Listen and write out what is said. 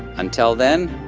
until then,